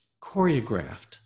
choreographed